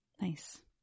nice